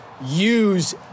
use